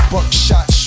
Buckshot